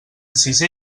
sisé